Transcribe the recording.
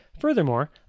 Furthermore